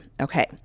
Okay